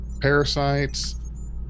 parasites